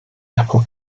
apple